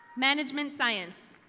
management science.